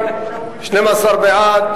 לשכת ראש הממשלה לשעבר,